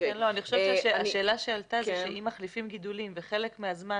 אני חושבת שהשאלה שעלתה היא שאם מחליפים גידולים ובחלק מהזמן